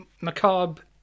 macabre